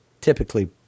typically